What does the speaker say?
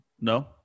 No